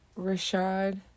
Rashad